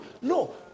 no